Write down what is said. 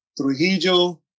Trujillo